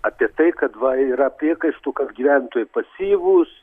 apie tai kad va yra priekaištų kad gyventojai pasyvūs